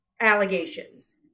allegations